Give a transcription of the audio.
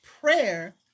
prayer